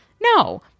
No